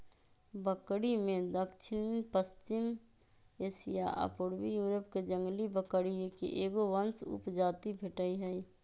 बकरिमें दक्षिणपश्चिमी एशिया आ पूर्वी यूरोपके जंगली बकरिये के एगो वंश उपजाति भेटइ हइ